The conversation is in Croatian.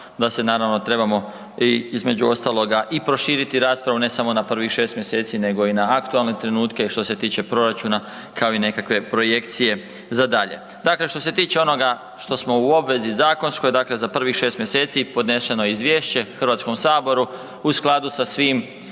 da se trebamo između ostalog i proširiti raspravu ne samo na prvih 6 mjeseci nego i na aktualne trenutke i što se tiče proračuna kao i nekakve projekcije za dalje. Dakle, što se tiče onoga što smo u obvezi zakonskoj za prvih 6 mjeseci podnešeno je izvješće Hrvatskom saboru u skladu sa svim